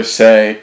say